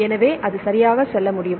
எனவே அது சரியாக செல்ல முடியும்